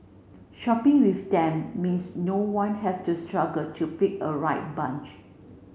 shopping with them means no one has to struggle to pick a right bunch